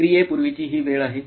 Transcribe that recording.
क्रियेपूर्वी ची ही वेळ आहे